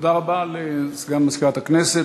תודה רבה לסגן מזכירת הכנסת.